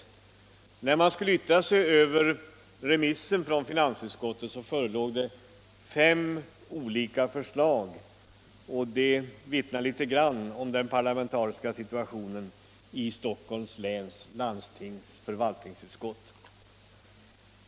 När detta utskott skulle yttra sig över remissen från finansutskottet förelåg det fem olika förslag, och det vittnar om den parlamentariska situationen i Stockholms läns landstings förvaltningsutskott!